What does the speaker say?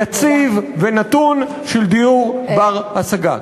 יציב ונתון של דיור בר-השגה.